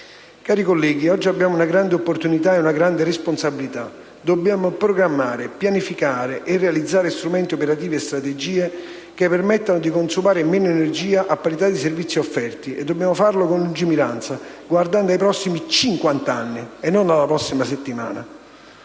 Cari colleghi, oggi abbiamo una grande opportunità e una grande responsabilità: dobbiamo programmare, pianificare e realizzare strumenti operativi e strategie che permettano di consumare meno energia a parità di servizi offerti e dobbiamo farlo con lungimiranza, guardando ai prossimi cinquant'anni e non alla prossima settimana.